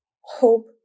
hope